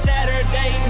Saturday